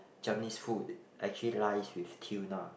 Germany's food actually lies with tuna